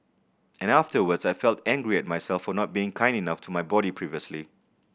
and afterwards I felt angry at myself for not being kind enough to my body previously